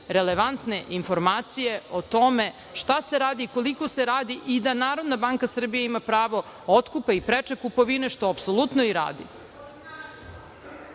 relevantne informacije o tome šta se radi, koliko se radi i da Narodna banka Srbije ima pravo otkupa i preče kupovine, što apsolutno i radi.